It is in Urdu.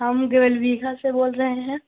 ہم گیل ویہا سے بول رہے ہیں